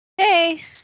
Hey